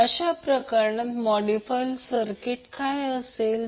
तर अशा प्रकरणात मोडीफाईड सर्किट काय असेल